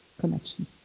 connection